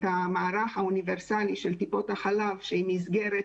את המערך האוניברסלי של טיפות החלב שהיא מסגרת